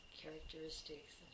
characteristics